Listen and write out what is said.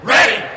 Ready